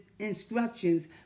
instructions